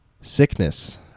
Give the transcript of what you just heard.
sickness